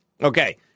Okay